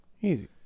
Easy